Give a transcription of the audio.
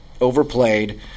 overplayed